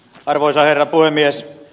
arvoisa herra puhemies